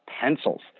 pencils